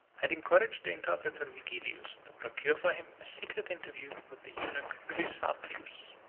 had encouraged the interpreter vigilius to procure for him a secret interview with the eunuch chrysaphius,